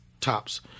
tops